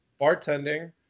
bartending